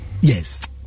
yes